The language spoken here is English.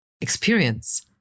experience